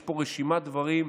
יש פה רשימת דברים,